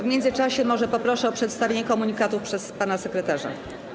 W międzyczasie może poproszę o przedstawienie komunikatów przez pana posła sekretarza.